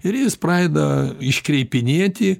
ir jis pradeda iškreipinėti